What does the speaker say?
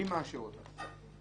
מי מאשר אותה?